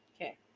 Okay